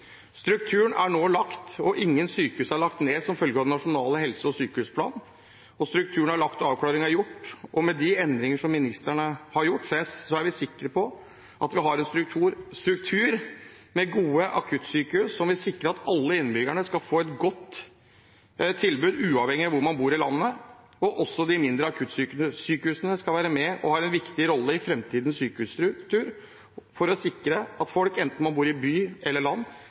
Strukturen er nå lagt, og ingen sykehus er lagt ned som følge av den nasjonale helse- og sykehusplanen. Avklaringene er gjort. Med de endringene som ministeren har foretatt, er vi sikre på at vi har en struktur med gode akuttsykehus som vil sikre at alle innbyggerne skal få et godt tilbud, uavhengig av hvor de bor i landet. Også de mindre akuttsykehusene skal være med og har en viktig rolle i framtidens sykehusstruktur for å sikre at folk, enten de bor i byen eller